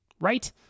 Right